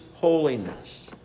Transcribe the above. holiness